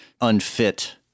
unfit